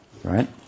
Right